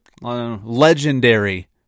legendary